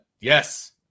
Yes